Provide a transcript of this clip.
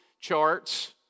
charts